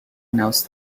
announce